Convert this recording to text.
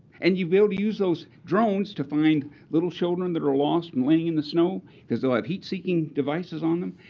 and you will use those drones to find little children that are lost and laying in the snow because they'll have heat seeking devices on them.